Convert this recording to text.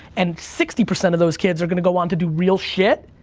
and sixty percent of those kids are gonna go on to do real shit,